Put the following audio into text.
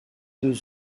deux